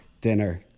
Dinner